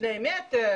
שני מטרים,